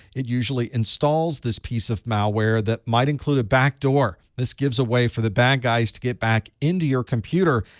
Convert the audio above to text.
it usually installs this piece of malware that might include a back door. this gives a way for the bad guys to get back into your computer,